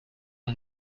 und